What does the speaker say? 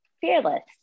Fearless